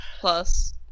plus